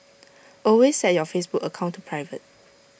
always set your Facebook account to private